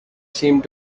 seemed